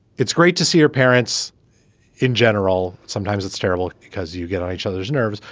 it's great to see your parents in general. sometimes it's terrible because you get on each other's nerves.